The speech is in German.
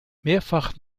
mehrfach